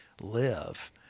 live